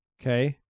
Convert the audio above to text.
Okay